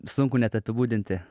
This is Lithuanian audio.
sunku net apibūdinti